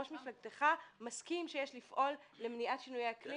ראש מפלגתך מסכים שיש לפעול למניעת שינויי אקלים